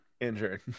Injured